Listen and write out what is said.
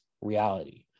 reality